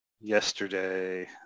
yesterday